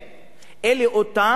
אלה אותן סיבות,